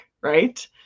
right